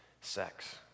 sex